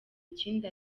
ikindi